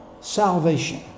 salvation